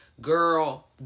Girl